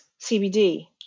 CBD